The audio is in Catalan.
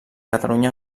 catalunya